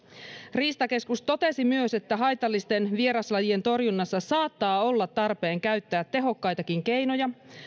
riistakeskus totesi myös että haitallisten vieraslajien torjunnassa saattaa olla tarpeen käyttää tehokkaitakin keinoja